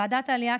ועדת העלייה,